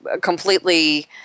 completely